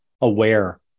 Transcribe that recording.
aware